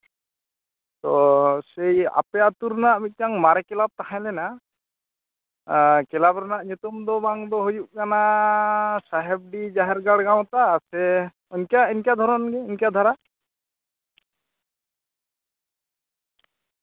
ᱛᱚ ᱥᱮᱭ ᱟᱯᱮ ᱟᱹᱛᱩ ᱨᱱᱟᱜ ᱢᱟᱨᱮ ᱠᱞᱟᱵᱽ ᱛᱟᱦᱮᱸᱞᱮᱱᱟ ᱠᱞᱟᱵᱽ ᱨᱮᱱᱟᱜ ᱧᱩᱛᱩᱢ ᱫᱚ ᱵᱟᱝ ᱫᱚ ᱦᱩᱭᱩᱜ ᱠᱟᱱᱟ ᱥᱟᱦᱮᱵᱽᱰᱤ ᱡᱟᱦᱮᱨᱜᱟᱲ ᱜᱟᱶᱛᱟ ᱥᱮ ᱤᱱᱠᱟᱹ ᱤᱱᱠᱟᱹ ᱫᱷᱚᱨᱚᱱ ᱜᱮ ᱤᱱᱠᱟᱹ ᱫᱷᱟᱨᱟ